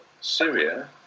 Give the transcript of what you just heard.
Syria